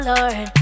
Lord